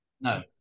no